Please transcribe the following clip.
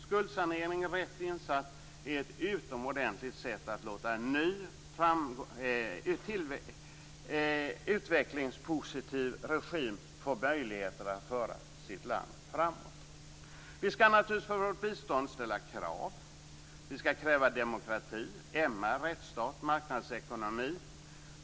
Skuldsanering, rätt insatt, är ett utomordentligt sätt att låta en ny utvecklingspositiv regim få möjligheter att föra sitt land framåt. Vi skall naturligtvis ställa krav för vårt bistånd. Vi skall kräva demokrati, MR, rättsstat och marknadsekonomi.